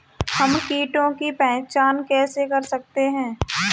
हम कीटों की पहचान कैसे कर सकते हैं?